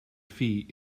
feet